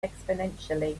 exponentially